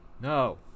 No